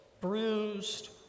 bruised